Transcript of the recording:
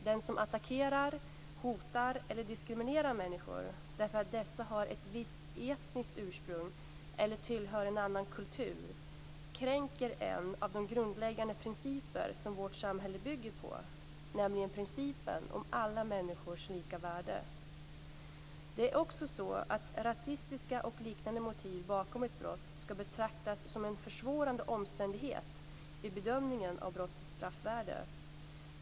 Den som attackerar, hotar eller diskriminerar människor därför att dessa har ett visst etniskt ursprung eller tillhör en annan kultur kränker en av de grundläggande principer som vårt samhälle bygger på, nämligen principen om alla människors lika värde. Det är också så att rasistiska och liknande motiv bakom ett brott ska betraktas som en försvårande omständighet vid bedömningen av brottets straffvärde.